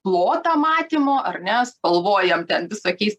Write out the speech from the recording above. plotą matymo ar ne spalvojam ten visokiais